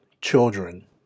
children